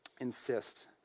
insist